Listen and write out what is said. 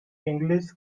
english